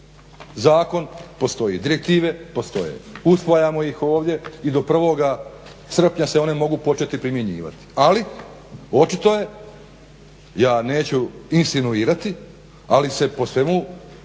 Zakon postoji, direktive postoje, usvajamo ih ovdje i do 1. srpnja se one mogu početi primjenjivati. Ali očito je, ja neću insinuirati ali se po svemu